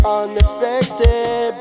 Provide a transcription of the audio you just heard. unaffected